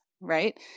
right